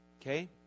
Okay